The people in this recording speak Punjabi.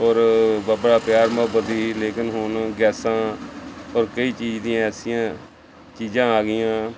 ਔਰ ਬਾ ਬੜਾ ਪਿਆਰ ਮੁਹੱਬਤ ਸੀ ਲੇਕਿਨ ਹੁਣ ਗੈਸਾਂ ਔਰ ਕਈ ਚੀਜ਼ ਦੀਆਂ ਐਸੀਆਂ ਚੀਜ਼ਾਂ ਆ ਗਈਆਂ